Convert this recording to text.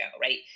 right